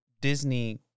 Disney